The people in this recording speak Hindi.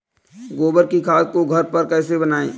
गोबर की खाद को घर पर कैसे बनाएँ?